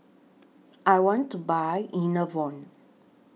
I want to Buy Enervon